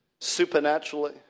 Supernaturally